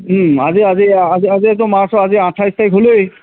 আজি আজি আজি আজিতো মাৰ্চৰ আজি আঠাইছ তাৰিখ হ'লেই